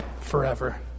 forever